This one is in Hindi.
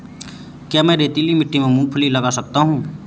क्या मैं रेतीली मिट्टी में मूँगफली लगा सकता हूँ?